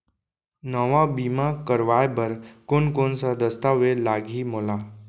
नवा बीमा करवाय बर कोन कोन स दस्तावेज लागही मोला?